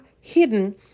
hidden